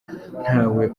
ntawe